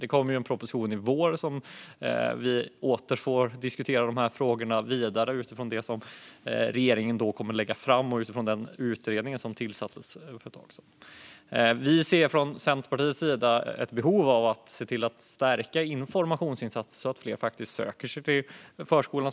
Det kommer en proposition i vår, och då får vi åter diskutera de här frågorna utifrån det som regeringen kommer att lägga fram och utifrån den utredning som tillsattes för ett tag sedan. Vi ser från Centerpartiets sida ett behov av stärkta informationsinsatser så att fler faktiskt söker sig till förskolan.